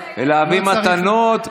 לכבד ולהביא מתנות,